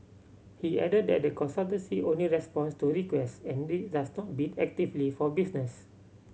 he added that the consultancy only responds to requests and it does not bid actively for business